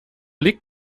liegt